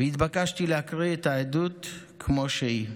והתבקשתי להקריא את העדות כמו שהיא.